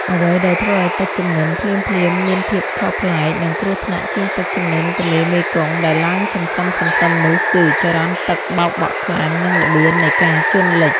អ្វីដែលធ្វើឱ្យទឹកជំនន់ភ្លាមៗមានភាពខុសប្លែក និងគ្រោះថ្នាក់ជាងទឹកជំនន់ទន្លេមេគង្គដែលឡើងសន្សឹមៗនោះគឺ ចរន្តទឹកបោកបក់ខ្លាំង និងល្បឿននៃការជន់លិច។